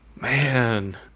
Man